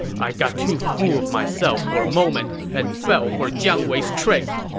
i got too full of myself for a moment and fell for jiang wei's trick!